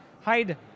hide